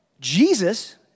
Jesus